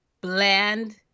bland